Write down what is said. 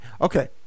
Okay